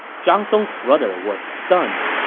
zhang song's brother was stunned.